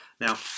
Now